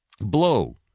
blow